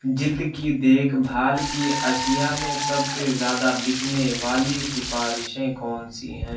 جلد کی دیکھ بھال کی اشیاء میں سب سے زیادہ بکنے والی سفارشیں کون سی ہیں